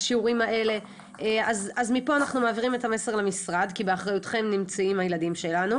אז מפה אנחנו מעבירים את המסר למשרד כי באחריותכם נמצאים הילדים שלנו,